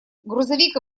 грузовик